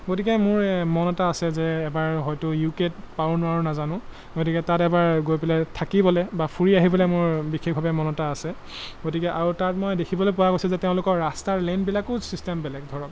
গতিকে মোৰ মন এটা আছে যে এবাৰ হয়তো ইউ কেত পাৰোঁ নোৱাৰোঁ নাজানো গতিকে তাত এবাৰ গৈ পেলাই থাকিবলৈ বা ফুৰি আহিবলৈ মোৰ বিশেষভাৱে মন এটা আছে গতিকে আৰু তাত মই দেখিবলৈ পোৱা গৈছে যে তেওঁলোকৰ ৰাস্তাৰ লেনবিলাকো ছিষ্টেম বেলেগ ধৰক